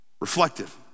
Reflective